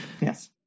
Yes